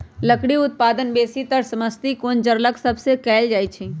लकड़ी उत्पादन बेसीतर समशीतोष्ण जङगल सभ से कएल जाइ छइ